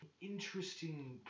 interesting